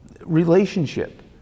relationship